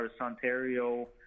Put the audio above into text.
Ontario